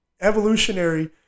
evolutionary